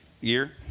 year